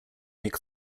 make